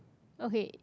okay